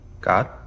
God